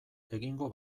egingo